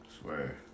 Swear